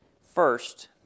First